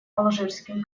алжирским